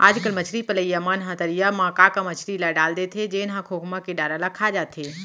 आजकल मछरी पलइया मन ह तरिया म का का मछरी ल डाल देथे जेन ह खोखमा के डारा ल खा जाथे